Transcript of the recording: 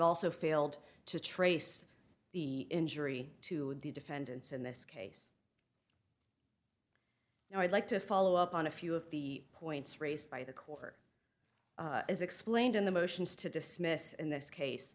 also failed to trace the injury to the defendants in this case and i'd like to follow up on a few of the points raised by the court as explained in the motions to dismiss in this case